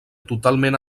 totalment